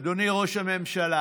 אדוני ראש הממשלה,